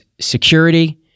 security